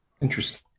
Interesting